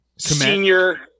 Senior